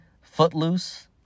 Footloose